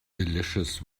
delicious